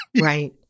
Right